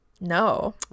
No